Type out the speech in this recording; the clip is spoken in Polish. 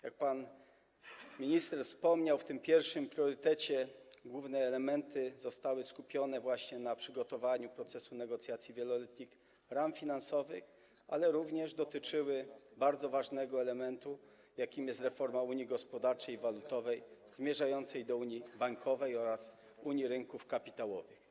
Jak pan minister wspomniał, w tym pierwszym priorytecie główne elementy zostały skupione właśnie na przygotowaniu procesu negocjacji wieloletnich ram finansowych, ale również dotyczyły bardzo ważnego elementu, jakim jest reforma unii gospodarczej i walutowej zmierzającej do unii bankowej oraz unii rynków kapitałowych.